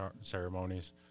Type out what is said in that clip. ceremonies